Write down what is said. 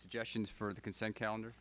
suggestions for the consent calendar